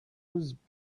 was